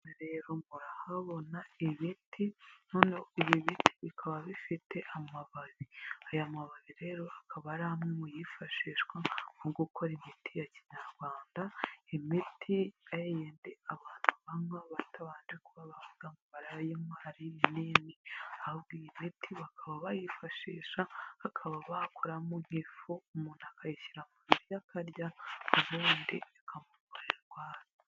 Aha ngaha rero murahabona ibiti, noneho ibi biti bikaba bifite amababi, aya mababi rero akaba ari amwe muyifashishwa mu gukora imiti ya kinyarwanda, imiti y'indi abantu banywa batabanje kuba bavuga ngo barayinywa ari ibinini, ahubwo iyi imiti bakaba bayifashisha, bakaba bakoramo nk'ifu umuntu akayishyira mu biryo akarya ubundi bikamuvura indwara.